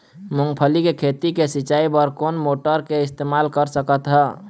मूंगफली के खेती के सिचाई बर कोन मोटर के इस्तेमाल कर सकत ह?